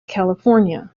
california